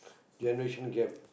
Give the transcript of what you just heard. generation gap